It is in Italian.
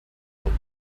tocca